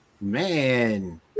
Man